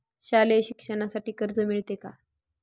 शालेय शिक्षणासाठी कर्ज मिळते का?